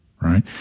right